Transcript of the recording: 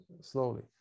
slowly